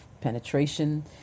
penetration